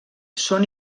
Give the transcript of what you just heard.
són